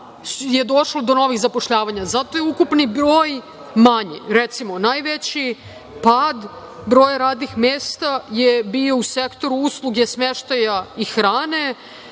je došlo do novih zapošljavanja. Zato je ukupni broj manji. Recimo, najveći pad broja radnih mesta je bio u sektoru usluge smeštaja i hrane,